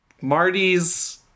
Marty's